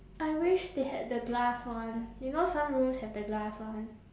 I wish they had the glass one you know some rooms have the glass one